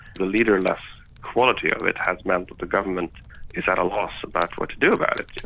the leaderless quality of it has meant that the government is at a loss about what to do about it.